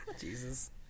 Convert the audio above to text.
Jesus